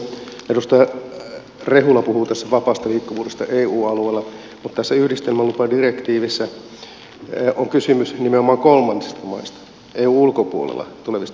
edustaja rehula puhui tässä vapaasta liikkuvuudesta eu alueella mutta tässä yhdistelmälupadirektiivissä on kysymys nimenomaan kolmansista maista eun ulkopuolelta tulevista